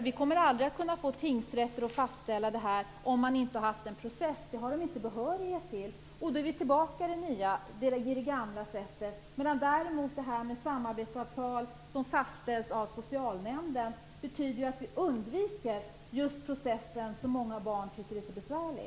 Vi kommer aldrig att kunna få tingsrätter att fastställa detta om de inte har haft en process. Det har de inte behörighet till, och då är vi tillbaka i det gamla sättet. Däremot betyder samarbetsavtal som fastställs av socialnämnden att vi undviker just processen, som många barn tycker är så besvärlig.